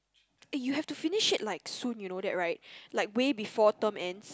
eh you have to finish it like soon you know that right like way before term ends